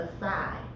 aside